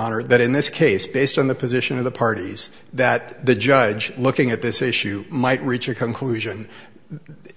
honor that in this case based on the position of the parties that the judge looking at this issue might reach a conclusion